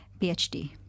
PhD